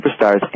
superstars